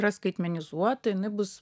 yra skaitmenizuota jinai bus